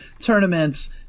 tournaments